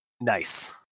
Nice